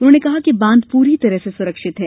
उन्होंने कहा कि बांध पूरी तरह से सुरक्षित है